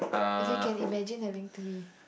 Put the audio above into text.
if you can imagine that link to me